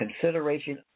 consideration